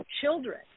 children